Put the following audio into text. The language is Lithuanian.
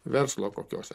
verslo kokiose